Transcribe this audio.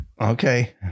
Okay